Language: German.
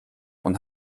und